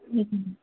एक मिनट